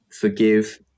forgive